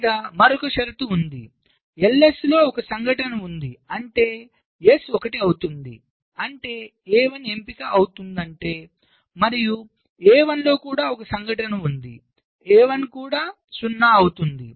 లేదా మరొక షరతు ఉంది LS లో ఒక సంఘటన ఉంది అంటే S 1 అవుతుందిఅంటే A1 ఎంపిక అవుతుందంటే మరియు A1 లో కూడా ఒక సంఘటన ఉంది A1 కూడా 0 అవుతోంది